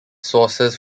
sources